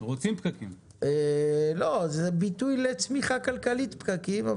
זה ביטוי לצמחיה כלכלית פקקים.